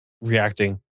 reacting